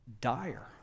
dire